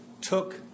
took